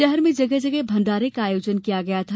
शहर में जगह जगह भण्डारे का आयोजन किया गया था